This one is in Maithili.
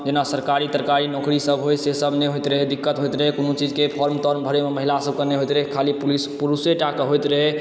जेना सरकारी तरकारी नौकरी सब होइ से सब नहि होइत रहै दिक्कत होइत रहै कोनो चीजके फॉर्म ताॅर्म भरैमे महिला सबके नहि होइत रहै खाली पुरुषेटाके होइत रहै